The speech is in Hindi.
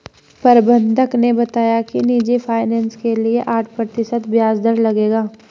प्रबंधक ने बताया कि निजी फ़ाइनेंस के लिए आठ प्रतिशत ब्याज दर लगेगा